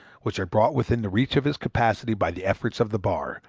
which are brought within the reach of his capacity by the efforts of the bar,